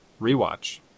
rewatch